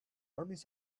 armies